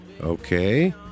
Okay